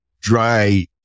dry